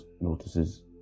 notices